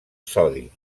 sodi